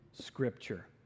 Scripture